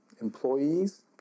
employees